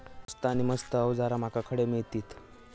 स्वस्त नी मस्त अवजारा माका खडे मिळतीत?